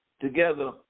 together